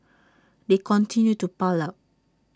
they continue to pile up